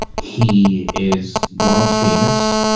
he is world famous.